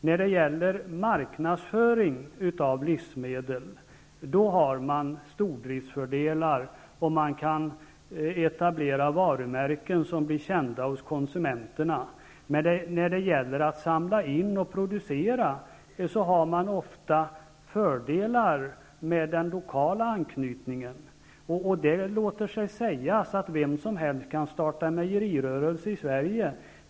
När det gäller marknadsföring av livsmedel finns stordriftsfördelar om man kan etablera varumärken som blir kända hos konsumenterna. Men när det gäller att samla in och producera finns ofta fördelar med den lokala anknytningen. Det låter sig sägas att vem som helst kan starta mejerirörelse i Sverige.